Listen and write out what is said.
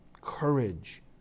courage